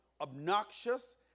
obnoxious